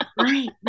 Right